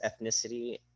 ethnicity